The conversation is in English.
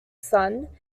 son